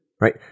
right